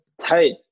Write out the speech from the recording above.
Tight